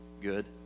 good